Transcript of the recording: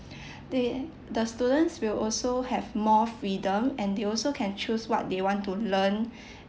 they the students will also have more freedom and they also can choose what they want to learn